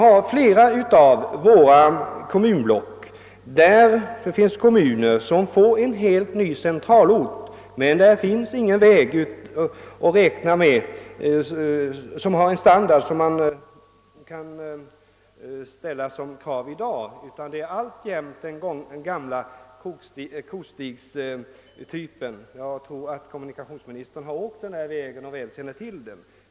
I många av våra kommunblock finns det kommuner som får en helt ny centralort, men där finns ingen väg att räkna med, d.v.s. med en standard som svarar mot dagens krav, utan det är alltjämt den gamla kostigstypen. Jag tror att kommunikationsministern har åkt dessa vägar och känner väl till dem.